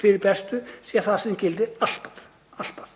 fyrir bestu sé það sem gildir alltaf.